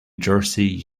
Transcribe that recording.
jersey